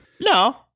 No